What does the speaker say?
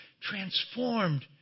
transformed